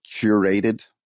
curated